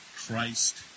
Christ